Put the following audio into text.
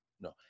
no